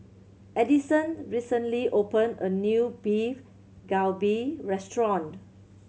Addison recently opened a new Beef Galbi Restaurant